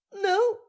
no